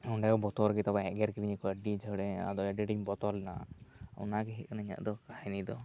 ᱚᱸᱰᱮ ᱦᱚᱸ ᱵᱚᱛᱚᱨ ᱜᱮ ᱛᱚᱵᱮ ᱮᱜᱮᱨ ᱠᱤᱫᱤᱧᱟᱠᱚ ᱟᱹᱰᱤ ᱡᱷᱟᱲᱮ ᱟᱫᱚ ᱟᱹᱰᱤ ᱟᱸᱴᱮᱧ ᱵᱚᱛᱚᱨ ᱞᱮᱱᱟ ᱚᱱᱟᱜᱮ ᱦᱩᱭᱩᱜ ᱠᱟᱱᱟ ᱤᱧᱟᱹᱜ ᱫᱚ ᱠᱟᱹᱦᱚᱱᱤ ᱫᱚ